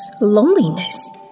loneliness